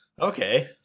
Okay